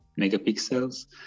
megapixels